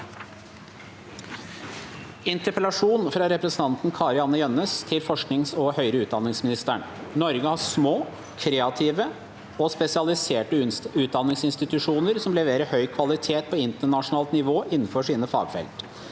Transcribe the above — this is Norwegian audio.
Interpellasjon fra representanten Kari-Anne Jønnes til forsknings- og høyere utdanningsministeren: «Norge har små, kreative og spesialiserte utdan- ningsinstitusjoner som leverer høy kvalitet på internasjo- nalt nivå innenfor sine fagfelt.